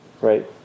Right